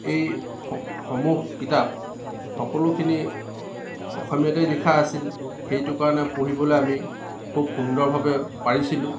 এই সমূহ কিতাপ সকলোখিনি অসমীয়াতেই লিখা আছিল সেইটো কাৰণে পঢ়িবলৈ আমি খুব সুন্দৰভাৱে পাৰিছিলোঁ